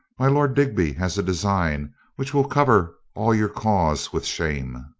my lord digby has a design which will cover all your cause with shame.